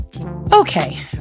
Okay